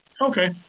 okay